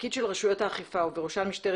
התפקיד של רשויות האכיפה ובראשן משטרת